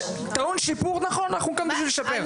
טעון שיפור, נכון, אנחנו כאן כדי לשפר.